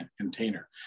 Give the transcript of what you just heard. container